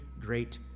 great